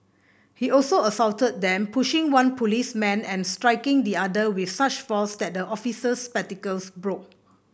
he also assaulted them pushing one policeman and striking the other with such force that the officer's spectacles broke